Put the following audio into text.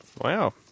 Wow